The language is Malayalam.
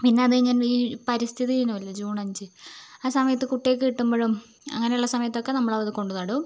പിന്നെ അത് കഴിഞ്ഞ് ഞാൻ ഈ പരിസ്ഥിതി ദിനം അല്ലേ ജൂൺ അഞ്ച് ആ സമയത്ത് കുട്ടയേ കിട്ടുമ്പഴും അങ്ങനെ ഉള്ള സമയത്തൊക്കെ നമ്മൾ അത് കൊണ്ടുനടും